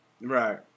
Right